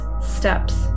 steps